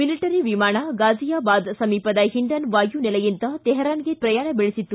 military ವಿಮಾನ ಗಾಝಿಯಾಬಾದ್ ಸಮೀಪದ ಹಿಂಡನ್ ವಾಯುನೆಲೆಯಿಂದ ತೆಹರಾನ್ಗೆ ಪ್ರಯಾಣ ಬೆಳೆಸಿತ್ತು